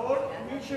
בהצעות, מי שהוא